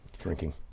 Drinking